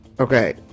Okay